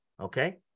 okay